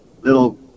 little